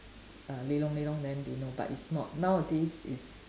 err lelong lelong then they know but it's not nowadays is